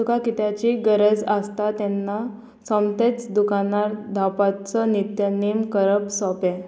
तुका कित्याची गरज आसता तेन्ना सोमतेच दुकानार धांवपाचो नित्य नेम करप सोंपें